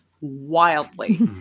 wildly